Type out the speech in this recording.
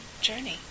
journey